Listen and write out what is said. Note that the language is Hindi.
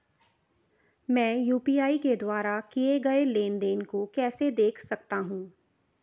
मैं यू.पी.आई के द्वारा किए गए लेनदेन को कैसे देख सकता हूं?